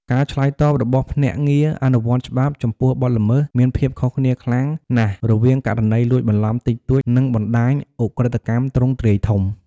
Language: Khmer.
ការឆ្លើយតបរបស់ភ្នាក់ងារអនុវត្តច្បាប់ចំពោះបទល្មើសមានភាពខុសគ្នាខ្លាំងណាស់ រវាងករណីលួចបន្លំតិចតួច និងបណ្ដាញឧក្រិដ្ឋកម្មទ្រង់ទ្រាយធំ។